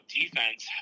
defense